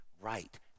right